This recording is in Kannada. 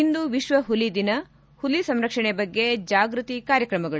ಇಂದು ವಿಶ್ವ ಹುಲಿ ದಿನ ಹುಲಿ ಸಂರಕ್ಷಣೆ ಬಗ್ಗೆ ಜಾಗೃತಿ ಕಾರ್ಯಕ್ರಮಗಳು